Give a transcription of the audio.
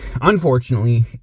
unfortunately